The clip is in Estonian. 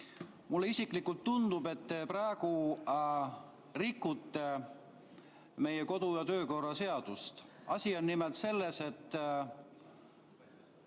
Mulle isiklikult tundub, et te praegu rikute meie kodu‑ ja töökorra seadust. Asi on nimelt selles, et